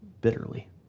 bitterly